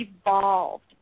evolved